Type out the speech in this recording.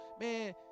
Man